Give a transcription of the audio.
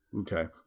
Okay